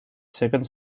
second